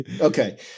Okay